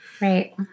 Right